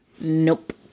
Nope